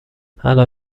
الان